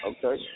Okay